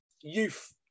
youth